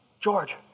George